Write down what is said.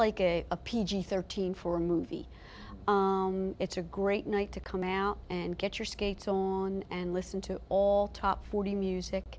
like a a p g thirteen for movie it's a great night to come out and get your skates on and listen to all top forty music